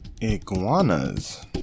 Iguanas